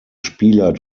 spieler